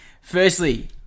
Firstly